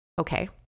okay